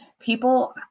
people